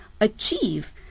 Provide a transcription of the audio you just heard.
achieve